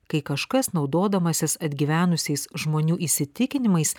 kai kažkas naudodamasis atgyvenusiais žmonių įsitikinimais